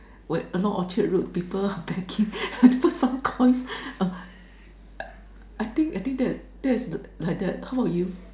where a lot Orchard Road people begging to put some coins I think I think that that's like that how about you